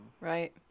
Right